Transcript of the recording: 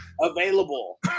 available